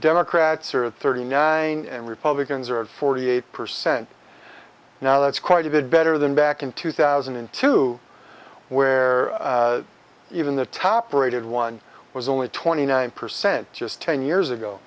democrats are at thirty nine and republicans are at forty eight percent now that's quite a bit better than back in two thousand and two where even the top rated one was only twenty nine percent just ten years ago